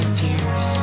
tears